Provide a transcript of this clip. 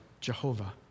Jehovah